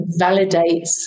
validates